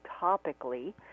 topically